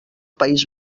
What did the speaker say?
país